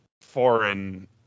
foreign